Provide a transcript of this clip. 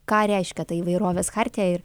ką reiškia ta įvairovės chartiją ir